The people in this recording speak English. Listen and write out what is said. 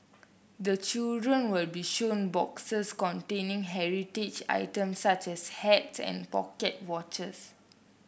the children will be shown boxes containing heritage items such as hats and pocket watches